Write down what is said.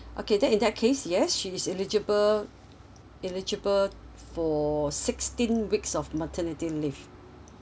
okay then in that case yes she's eligible eligible for sixteen weeks of maternity leave